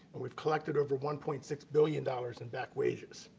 and with collected over one point six billion dollars in back wages.